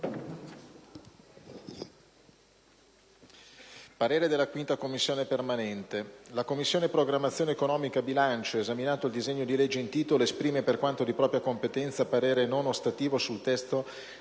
apre una nuova finestra"), *segretario*. «La Commissione programmazione economica, bilancio, esaminato il disegno di legge in titolo, esprime, per quanto di propria competenza, parere non ostativo sul testo